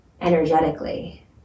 energetically